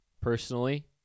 personally